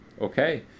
okay